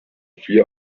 fear